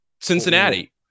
Cincinnati